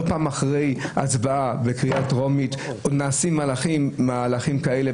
לא פעם אחרי הצבעה בקריאה טרומית עוד נעשים מהלכים כאלה,